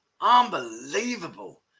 Unbelievable